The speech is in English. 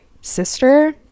sister